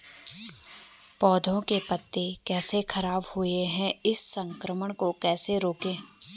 पौधों के पत्ते कैसे खराब हुए हैं इस संक्रमण को कैसे रोकें?